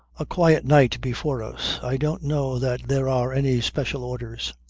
a quiet night before us. i don't know that there are any special orders.